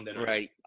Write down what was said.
right